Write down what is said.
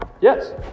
Yes